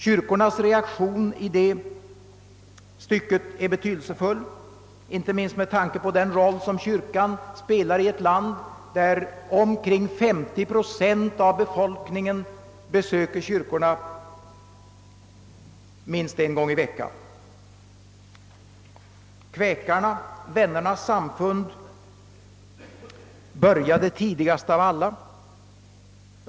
Kyrkornas reaktion i det stycket är betydelsefull, inte minst med tanke på den roll som kyrkorna spelar i ett land där omkring 50 procent av befolkningen besöker kyrkan minst en gång i veckan. Kväkarna, vännernas samfund, började tidigast av alla.